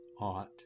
ought